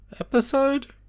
Episode